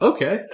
Okay